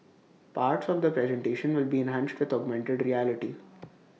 parts of the presentation will be enhanced with augmented reality